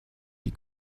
die